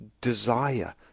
desire